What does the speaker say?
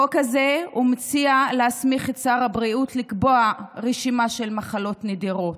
החוק הזה מציע להסמיך את שר הבריאות לקבוע רשימה של מחלות נדירות.